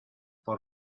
por